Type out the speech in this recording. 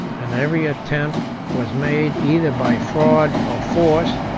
and every attempt was made, either by fraud or force,